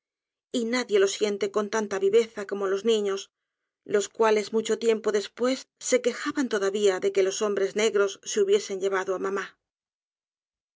vida y nadie lo siente con tanta viveza como los niños los cuales mucho tiempo después se quejaban todavía de que los hombres negros se hubiesen llevado á mamá